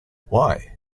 why